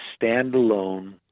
standalone